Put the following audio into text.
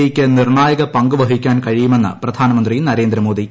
E യ്ക്ക് നിർണ്ണായക പങ്കുവഹി ക്കാൻ കഴിയുമെന്ന് പ്രധാനമന്ത്രി നരേന്ദ്ര മോദി